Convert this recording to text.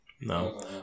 No